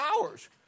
hours